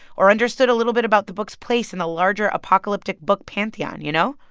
or understood a little bit about the book's place in the larger apocalyptic book pantheon, you know?